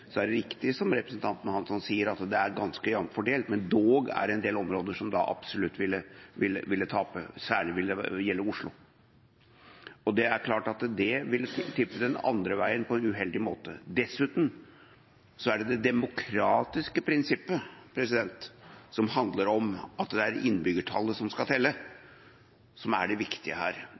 er det riktig, som representanten Hansson sier, at det er ganske jevnt fordelt, men dog er det en del områder som da absolutt ville tape, og særlig vil det gjelde Oslo. Det er klart at det vil tippe den andre veien på en uheldig måte. Dessuten er det det demokratiske prinsippet som handler om at det er innbyggertallet som skal telle, som er det viktige her.